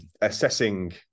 assessing